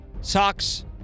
socks